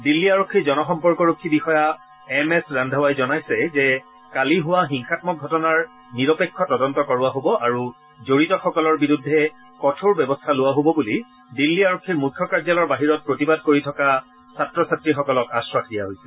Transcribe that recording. দিন্নী আৰক্ষীৰ জনসম্পৰ্কৰক্ষী বিষয়া এম এছ ৰান্ধাৱাই জনাইছে যে কালি হোৱা হিংসামক ঘটনাৰ নিৰপেক্ষ তদন্ত কৰোৱা হব আৰু জড়িতসকলৰ বিৰুদ্ধে কঠোৰ ব্যৱস্থা লোৱা হব বুলি দিল্লী আৰক্ষীৰ মুখ্য কাৰ্যালয়ৰ বাহিৰত প্ৰতিবাদ কৰি থকা ছাত্ৰ ছাত্ৰীসকলক এইবুলি আখাস দিয়া হৈছে